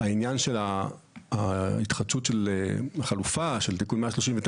העניין של ההתחדשות של חלופה של תיקון 139,